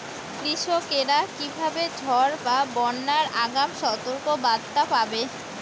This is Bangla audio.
কৃষকেরা কীভাবে ঝড় বা বন্যার আগাম সতর্ক বার্তা পাবে?